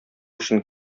өчен